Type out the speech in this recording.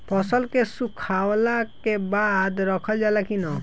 फसल के सुखावला के बाद रखल जाला कि न?